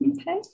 Okay